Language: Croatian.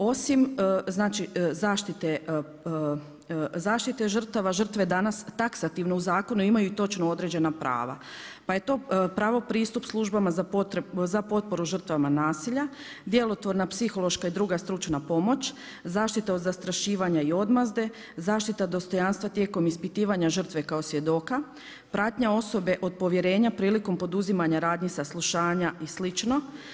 Osim zaštite žrtava, žrtve danas taksativno u zakonu imaju točno određena prava pa je to pravo pristup službama za potporu žrtvama nasilja, djelotvorna psihološka i druga stručna pomoć, zaštita od zastrašivanja i odmazde, zaštita dostojanstva tijekom ispitivanja žrtve kao svjedoka, pratnja osobe od povjerenja prilikom oduzimanja radnji saslušanja i slično.